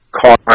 car